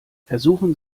versuchen